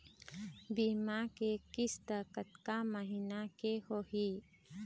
बीमा के किस्त कतका महीना के होही?